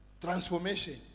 Transformation